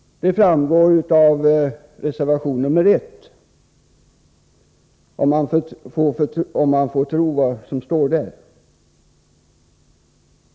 Det framgår av reservation nr 1, om man får tro vad som står där.